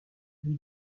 lui